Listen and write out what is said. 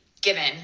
given